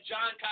John